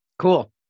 Cool